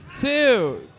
two